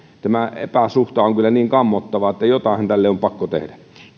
tämä epäsuhta on kyllä niin kammottava että jotainhan tälle on pakko tehdä